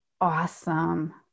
Awesome